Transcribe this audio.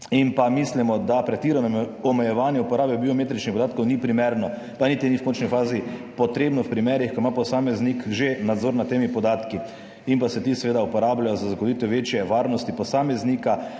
in mislimo, da pretirano omejevanje uporabe biometričnih podatkov ni primerno, v končni fazi pa niti ni potrebno v primerih, ko ima posameznik že nadzor nad temi podatki in se ti seveda uporabljajo za zagotovitev večje varnosti posameznika